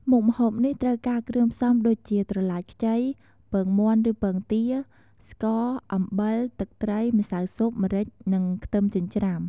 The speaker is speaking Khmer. មុខម្ហូបនេះត្រូវការគ្រឿងផ្សំដូចជា ត្រឡាចខ្ចី ពងមាន់ឬពងទា ស្ករ អំបិល ទឹកត្រី ម្សៅស៊ុប ម្រេច និងខ្ទឹមចិញ្រ្ចាំ។